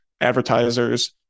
advertisers